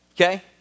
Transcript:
Okay